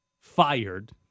fired